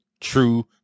true